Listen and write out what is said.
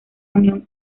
unión